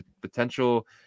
potential